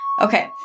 Okay